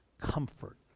comfort